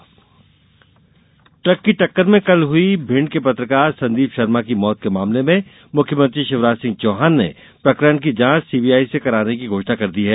पत्रकार मौत ट्रक की टक्कर में कल हई भिंड के पत्रकार संदीप शर्मा की मौत के मामले में मुख्यमंत्री शिवराज सिंह चौहान ने प्रकरण की जांच सीबीआई से कराने की घोषणा कर दी है